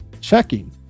checking